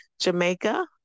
Jamaica